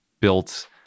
built